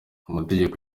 amategeko